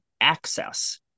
access